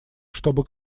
чтобы